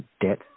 debt